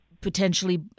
potentially